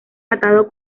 atado